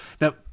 now